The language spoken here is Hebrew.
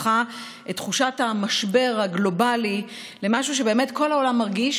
הפכה את תחושת המשבר הגלובלי למשהו שבאמת כל העולם מרגיש,